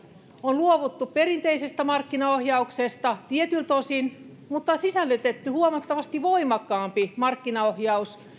on luovuttu perinteisestä markkinaohjauksesta tietyiltä osin mutta sisällytetty huomattavasti voimakkaampi markkinaohjaus